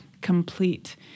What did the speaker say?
complete